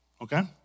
okay